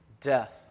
death